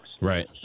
Right